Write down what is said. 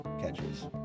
catches